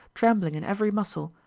trembling in every muscle,